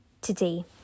today